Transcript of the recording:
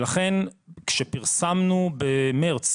כשפרסמנו במרץ